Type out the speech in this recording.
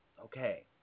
Okay